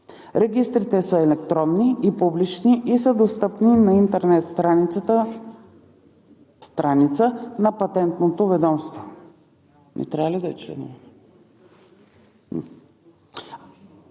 Регистрите са електронни и публични и са достъпни на интернет страница на Патентното ведомство.